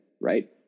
right